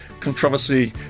controversy